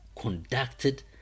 conducted